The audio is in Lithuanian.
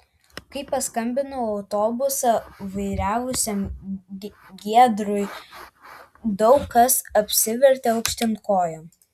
kai paskambinau autobusą vairavusiam giedriui daug kas apsivertė aukštyn kojom